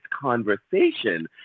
conversation